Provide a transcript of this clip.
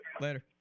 Later